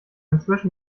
inzwischen